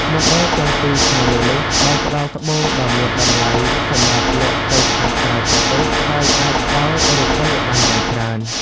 មណ្ដលទាំងពីរខាងលើនេះ បានផ្ដល់ត្បូងដ៏មានតំលៃសម្រាប់លក់ទៅខាងក្រៅប្រទេស ហើយអាចផ្ដល់រូបិយប័ណ្ណយ៉ាងច្រើន។